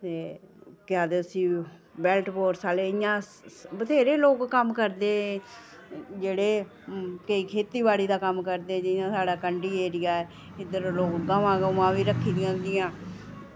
केह् आक्खदे उस्सी बेल्ट फोर्स आह्ले केह् आक्खदे इ'यां बथ्हेरे लोग कम्म करदे जेह्ड़े केईं खेती बाड़ी दा कम्म करदे जि'यां साढ़े कंडी एरिया ऐ इद्धर लोग गवां बी रक्खी दियां होंदियां न